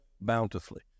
bountifully